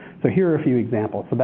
so here are a few examples.